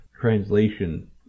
translation